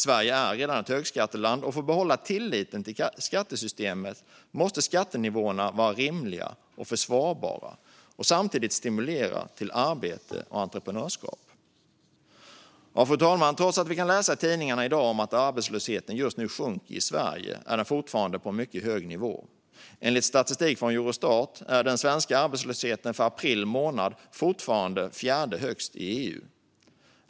Sverige är redan ett högskatteland, och för att behålla tilliten till skattesystemet måste skattenivåerna vara rimliga och försvarbara och samtidigt stimulera till arbete och entreprenörskap. Fru talman! Trots att vi kan läsa i tidningarna i dag att arbetslösheten just nu sjunker i Sverige är den fortfarande på en mycket hög nivå. Enligt statistik från Eurostat är den svenska arbetslösheten för april månad fortfarande den fjärde högsta i EU.